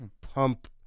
pump